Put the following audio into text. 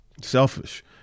selfish